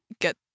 get –